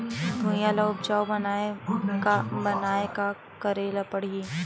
भुइयां ल उपजाऊ बनाये का करे ल पड़ही?